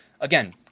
Again